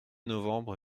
novembre